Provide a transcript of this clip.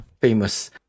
famous